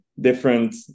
different